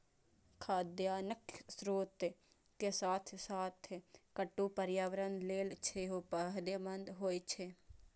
खाद्यान्नक स्रोत के साथ साथ कट्टू पर्यावरण लेल सेहो फायदेमंद होइ छै